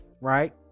right